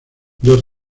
dos